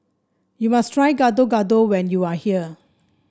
you must try Gado Gado when you are here